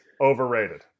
overrated